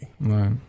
Right